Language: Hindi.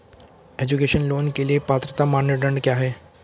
एजुकेशन लोंन के लिए पात्रता मानदंड क्या है?